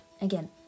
Again